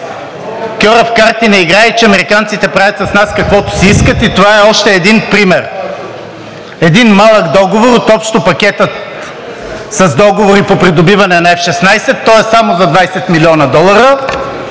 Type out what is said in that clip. „кьорав карти не играе“ и че американците правят с нас каквото си искат, и това е още един пример – един малък договор от общо пакета с договори по придобиване на F-16. Той е само за 20 млн. долара,